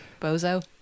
Bozo